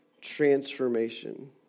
transformation